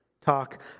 talk